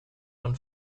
und